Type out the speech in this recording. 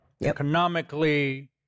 economically